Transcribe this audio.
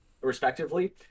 respectively